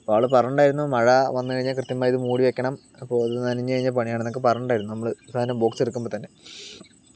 അപ്പോൾ ആള് പറഞ്ഞിട്ടുണ്ടാരുന്നു മഴ വന്ന് കഴിഞ്ഞാൽ കൃത്യമായി ഇത് മൂടി വെയ്ക്കണം അപ്പോൾ ഇത് നനഞ്ഞ് കഴിഞ്ഞാൽ പണി ആണെന്നൊക്കെ പറഞ്ഞിട്ടുണ്ടാരുന്നു നമ്മള് സാധനം ബുക്ക്സ് എടുക്കുമ്പോൾ തന്നെ